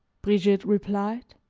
brigitte replied,